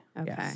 Okay